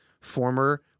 former